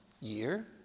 year